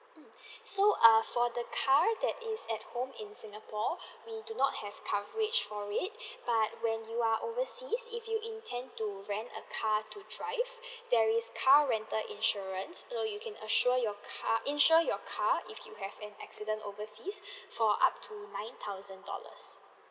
mm so err for the car that is at home in singapore we do not have coverage for it but when you are overseas if you intend to rent a car to drive there is car rental insurance so you can assure your car insure your car if you have an accident overseas for up to nine thousand dollars